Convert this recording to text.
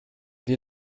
wir